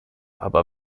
aber